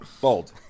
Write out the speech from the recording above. Bold